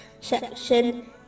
section